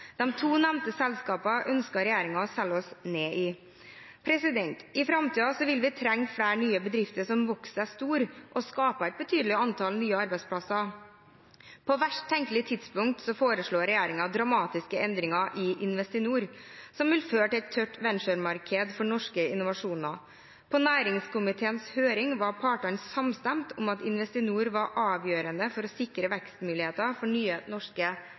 to nevnte selskapene ønsker regjeringen å selge oss ned i. I framtiden vil vi trenge flere nye bedrifter som vokser seg store og skaper et betydelig antall nye arbeidsplasser. På verst tenkelige tidspunkt foreslår regjeringen dramatiske endringer i Investinor, som vil føre til et tørt venture-marked for norske innovasjoner. På næringskomiteens høring var partene samstemte om at Investinor var avgjørende for å sikre vekstmuligheter for nye norske